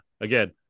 again